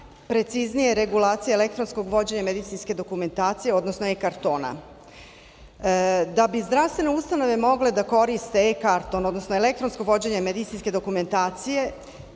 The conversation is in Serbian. preciznije regulacija elektronskog vođenja medicinske dokumentacije, odnosno e-kartona. Da bi zdravstvene ustanove mogle da koriste e-karton, odnosno elektronsko vođenje medicinske dokumentacije,